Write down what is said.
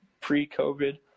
pre-COVID